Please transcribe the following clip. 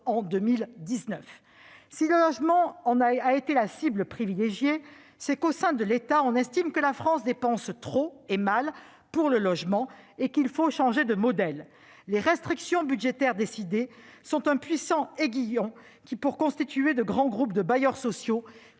en 2019. Si le logement en a été la cible privilégiée, c'est parce qu'on a estimé, au sein de l'État, que la France dépensait trop et mal pour le logement et qu'il fallait changer de modèle. Les restrictions budgétaires décidées sont un puissant aiguillon pour constituer de grands groupes de bailleurs sociaux,